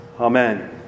Amen